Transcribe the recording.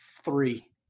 three